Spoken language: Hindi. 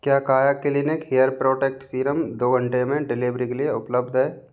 क्या Kaya clinic hair protect serum दो घंटे में डिलीवरी के लिए उपलब्ध है